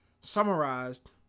summarized